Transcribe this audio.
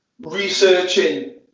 researching